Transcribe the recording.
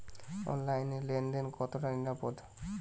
অনলাইনে লেন দেন কতটা নিরাপদ?